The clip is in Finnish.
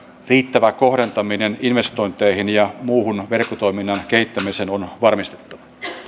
riittävä kohdentaminen investointeihin ja muuhun verkkotoiminnan kehittämiseen on varmistettava